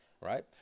Right